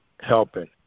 Helping